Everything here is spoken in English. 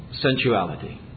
sensuality